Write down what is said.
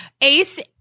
Ace